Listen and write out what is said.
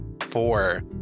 four